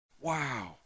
Wow